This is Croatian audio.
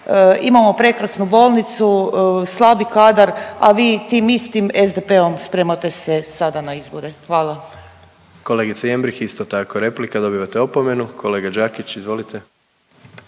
imamo prekrasnu bolnicu, slabi kadar, a vi tim istim SDP-om spremate se sada na izbore. **Jandroković, Gordan (HDZ)** Kolegice Jembrih isto tako replika, dobivate opomenu. Kolega Đakić, izvolite.